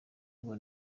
ngo